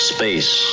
Space